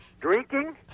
drinking